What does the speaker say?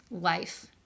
life